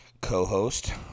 co-host